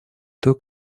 той